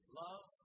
love